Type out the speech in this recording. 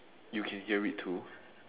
you can hear it too